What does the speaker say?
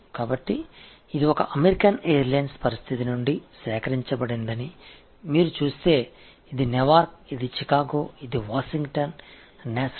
எனவே இது ஒரு அமெரிக்க ஏர்லைன்ஸ் சூழ்நிலையிலிருந்து சேகரிக்கப்பட்டது என்று பார்த்தால் இது நெவார்க் இது சிகாகோ இது வாஷிங்டன் நேஷனல்